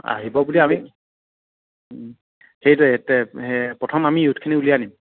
আহিব বুলি আমি সেইটোৱে প্ৰথম আমি য়ুথখিনি উলিয়াই আনিম